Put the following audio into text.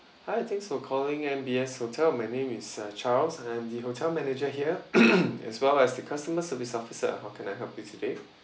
hi thanks for calling M_B_S hotel my name is uh charles I'm the hotel manager here as well as the customer service officer how can I help you today